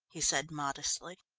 he said modestly.